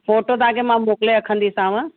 photo तव्हांखे मां मोकिले रखंदीसांव